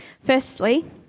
Firstly